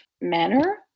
manner